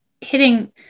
hitting